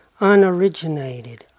unoriginated